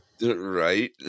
Right